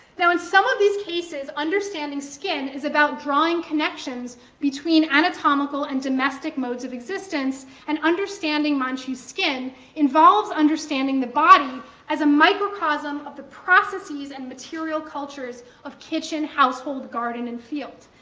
now, in some of these cases, understanding skin is about drawing connections between anatomical and domestic modes of existence. and understanding manchu skin involves understanding the body as a microcosm of the processes and material cultures, of kitchen, household, garden, and field.